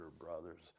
brothers